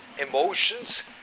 emotions